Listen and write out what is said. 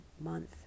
month